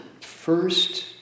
first